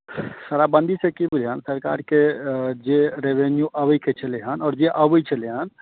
शराबबन्दी से की भेलय हेँ सरकारके जे रिवेन्यू अबय के छलै हेँ आओर जे अबैत छलै हेँ